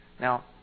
Now